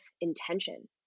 intention